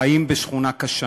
חיים בשכונה קשה.